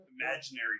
imaginary